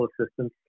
Assistance